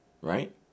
Right